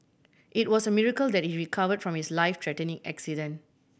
it was a miracle that he recovered from his life threatening accident